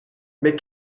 mais